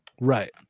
right